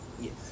Yes